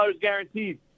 guaranteed